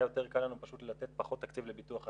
היה יותר קל לנו פשוט לתת פחות תקציב לביטוח הלאומי.